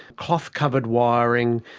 cloth covered wiring,